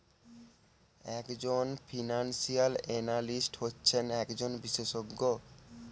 এক জন financial analyst হচ্ছেন একজন বিশেষজ্ঞ